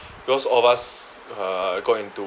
because all of us uh got into